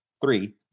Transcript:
three